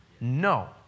No